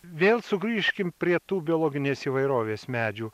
vėl sugrįžkim prie tų biologinės įvairovės medžių